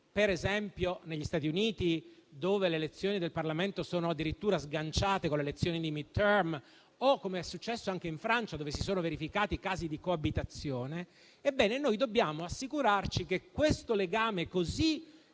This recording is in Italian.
per esempio, negli Stati Uniti, dove le elezioni del Parlamento sono addirittura sganciate dalle elezioni di *mid-term*, o com'è successo anche in Francia, dove si sono verificati casi di coabitazione - noi dobbiamo assicurarci che il legame così intimo